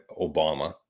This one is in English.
Obama